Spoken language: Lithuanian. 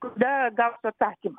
kada gausiu atsakymą